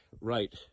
right